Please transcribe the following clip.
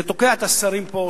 וזה תוקע את השרים פה,